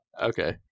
Okay